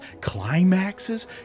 climaxes